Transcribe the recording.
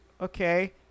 okay